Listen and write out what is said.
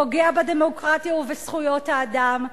פוגע בדמוקרטיה ובזכויות האדם,